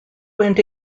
went